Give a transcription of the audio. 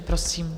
Prosím.